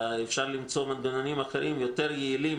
אפשר למצוא מנגנונים אחרים יותר יעילים